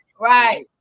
Right